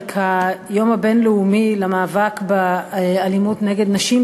כיום הבין-לאומי למאבק באלימות נגד נשים.